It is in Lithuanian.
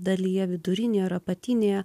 dalyje vidurinėj ar apatinėje